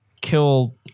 kill